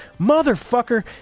motherfucker